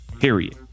Period